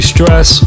Stress